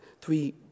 three